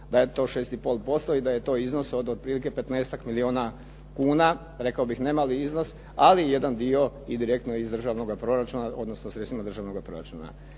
da je to 6,5% i da je to iznos od otprilike petnaestak milijuna kuna, rekao bih ne mali iznos ali jedan dio i direktno iz državnoga proračuna odnosno sredstvima državnoga proračuna.